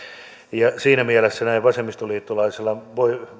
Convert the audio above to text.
siinä mielessä näin vasemmistoliittolaisena